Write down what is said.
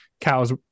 cows